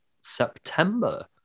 September